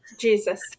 Jesus